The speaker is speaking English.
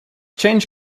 change